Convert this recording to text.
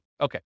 Okay